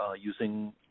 using